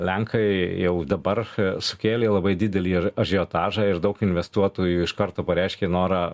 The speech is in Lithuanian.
lenkai jau dabar sukėlė labai didelį ir ažiotažą ir daug investuotojų iš karto pareiškė norą